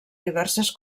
diverses